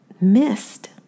missed